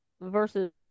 versus